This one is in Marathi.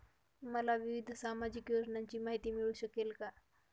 मला विविध सामाजिक योजनांची माहिती मिळू शकेल का?